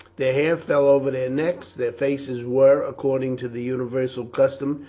their hair fell over their necks, their faces were, according to the universal custom,